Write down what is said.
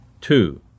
Two